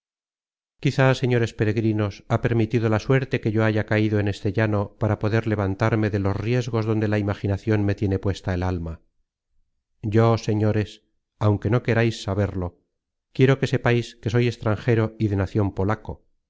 quizá señores peregrinos ha permitido la suerte que yo haya caido en cste llano para poder levantarme de los riesgos donde la imaginacion me tiene puesta el alma yo señores aunque no querais saberlo quiero que sepais que soy extranjero y de nacion polaco